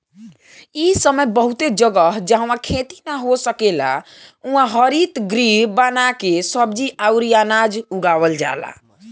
इ समय बहुते जगह, जाहवा खेती ना हो सकेला उहा हरितगृह बना के सब्जी अउरी अनाज उगावल जाला